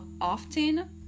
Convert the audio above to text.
often